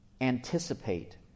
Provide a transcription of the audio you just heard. anticipate